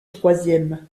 troisième